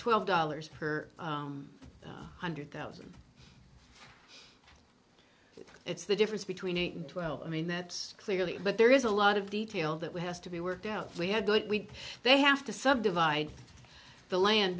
twelve dollars per hundred thousand it's the difference between eight and twelve i mean that's clearly but there is a lot of detail that we has to be worked out we had they have to subdivide the land